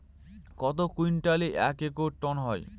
কত কুইন্টালে এক টন হয়?